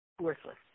worthless